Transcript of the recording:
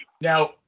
Now